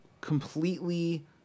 completely –